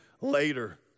later